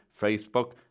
Facebook